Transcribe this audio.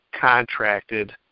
contracted